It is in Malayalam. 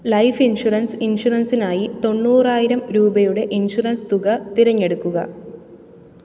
ലൈഫ് ഇൻഷുറൻസ് ഇൻഷുറൻസിനായി തൊണ്ണൂറായിരം രൂപയുടെ ഇൻഷുറൻസ് തുക തിരഞ്ഞെടുക്കുക